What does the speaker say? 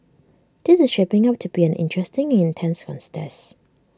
this is shaping up to be an interesting and intense cons test